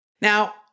Now